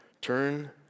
Turn